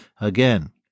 again